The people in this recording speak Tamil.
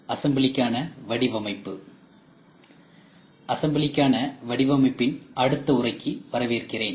அசெம்பிளிக்கான வடிவமைப்பின் அடுத்த உரைக்கு வரவேற்கின்றேன்